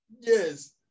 Yes